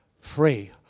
free